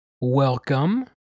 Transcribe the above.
Welcome